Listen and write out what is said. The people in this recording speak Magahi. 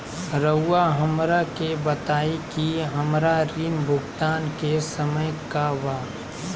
रहुआ हमरा के बताइं कि हमरा ऋण भुगतान के समय का बा?